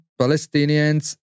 Palestinians